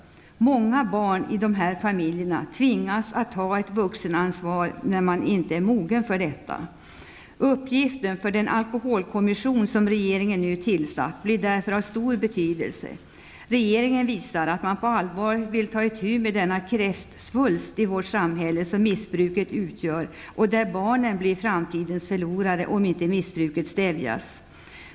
Många barn i dessa familjer tvingas att ta ett vuxenansvar de inte är mogna för. Uppgiften för den alkoholkommission som regeringen nu tillsatt blir därför av stor betydelse. Regeringen har visat att man på allvar vill ta itu med den kräftsvulst i vårt samhälle som missbruket utgör. Om inte missbruket stävjas blir barnen framtidens förlorare.